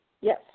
Yes